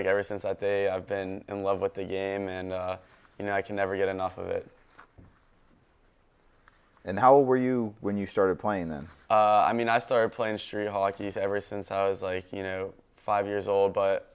like ever since that day i've been in love with the a man you know i can never get enough of it and how were you when you started playing then i mean i started playing street hockey ever since i was like you know five years old but